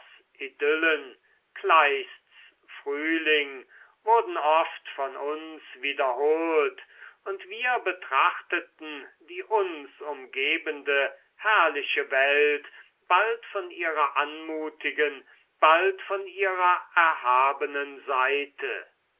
idyllen kleists frühling wurden oft von uns wiederholt und wir betrachteten die uns umgebende herrliche welt bald von ihrer anmutigen bald von ihrer erhabenen seite